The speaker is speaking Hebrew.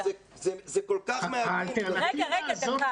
האלטרנטיבה הזאת